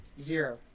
Zero